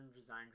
design